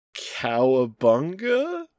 Cowabunga